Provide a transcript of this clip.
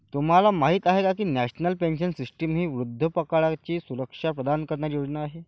तुम्हाला माहिती आहे का की नॅशनल पेन्शन सिस्टीम ही वृद्धापकाळाची सुरक्षा प्रदान करणारी योजना आहे